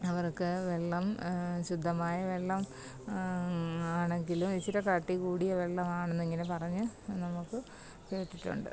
അവര്ക്ക് വെള്ളം ശുദ്ധമായ വെള്ളം ആണെങ്കിലും ഇച്ചരെ കട്ടി കൂടിയ വെള്ളമാണെന്നിങ്ങനെ പറഞ്ഞ് നമുക്ക് കേട്ടിട്ടുണ്ട്